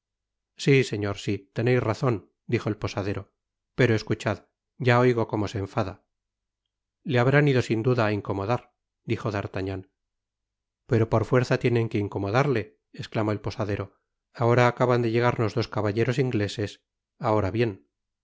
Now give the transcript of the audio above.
si señor sí teneis razon dijo el posadero pero escuchad ya oigo como se enfada le habrán ido sin duda á incomodar dijo d'artagnan pero por fuerza tienen que incomodarle esclamó el posadero ahora acaban de llegarnos dos caballeros ingleses ahora bien y